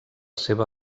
seva